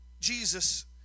Jesus